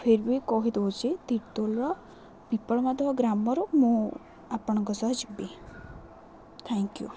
ଫିର୍ବି କହିଦେଉଛି ତୀର୍ତୋଲର ବିପଳମାଧବ ଗ୍ରାମର ମୁଁ ଆପଣଙ୍କ ସହ ଯିବି ଥ୍ୟାଙ୍କ ୟୁ